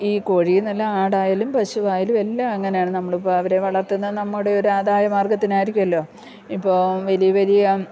ഈ കോഴി നല്ല ആടായാലും പശുവായാലും എല്ലാം അങ്ങനെയാണ് നമ്മൾ ഇപ്പം അവരെ വളർത്തുന്ന നമ്മുടെ ഒരു ആദായ മാർഗ്ഗത്തിനായിരിക്കുമല്ലോ ഇപ്പം വലിയ വലിയ